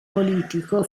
politico